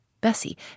Bessie